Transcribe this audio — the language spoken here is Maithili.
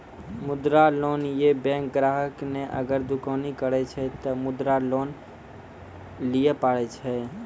मुद्रा लोन ये बैंक ग्राहक ने अगर दुकानी करे छै ते मुद्रा लोन लिए पारे छेयै?